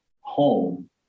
home